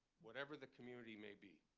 whatever the community may be.